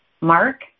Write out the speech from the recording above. Mark